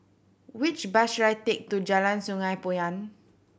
which bus should I take to Jalan Sungei Poyan